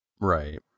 right